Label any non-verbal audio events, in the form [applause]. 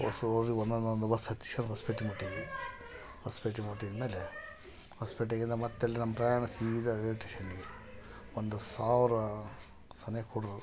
ಬಸ್ಸಗೆ ಹೋಗಿ ಒಂದೊಂದೊಂದು ಬಸ್ ಹತ್ತಿಸಿ ಹೊಸಪೇಟೆ ಮುಟ್ಟಿದ್ವಿ ಹೊಸಪೇಟೆ ಮುಟ್ಟಿದಮೇಲೆ ಹೊಸಪೇಟೆಯಿಂದ ಮತ್ತೆಲ್ಲಿ ನಮ್ಮ ಪ್ರಯಾಣ ಸೀದ ರೈಲ್ವೆ ಸ್ಟೇಷನಿಗೆ ಒಂದು ಸಾವಿರ [unintelligible]